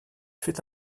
fait